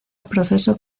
proceso